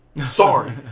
Sorry